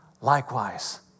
likewise